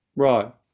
Right